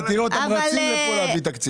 אתה תראה שהם ירוצו להביא תקציב.